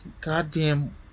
goddamn